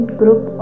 group